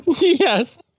Yes